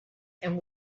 and